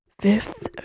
Fifth